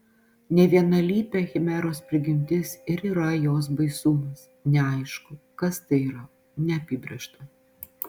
nevienalypė chimeros prigimtis ir yra jos baisumas neaišku kas tai yra neapibrėžta